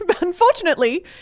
Unfortunately